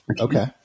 Okay